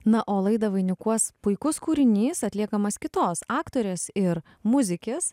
na o laidą vainikuos puikus kūrinys atliekamas kitos aktorės ir muzikės